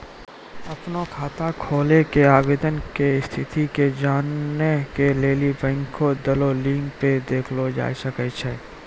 अपनो खाता खोलै के आवेदन के स्थिति के जानै के लेली बैंको के देलो लिंक पे देखलो जाय सकै छै